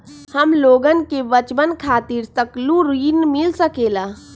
हमलोगन के बचवन खातीर सकलू ऋण मिल सकेला?